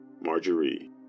Marjorie